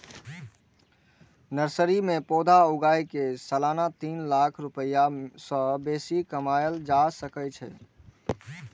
nursery मे पौधा उगाय कें सालाना तीन लाख रुपैया सं बेसी कमाएल जा सकै छै